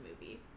movie